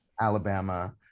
Alabama